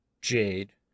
Jade